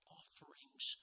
offerings